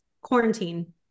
quarantine